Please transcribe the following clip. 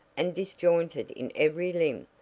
and disjointed in every limb.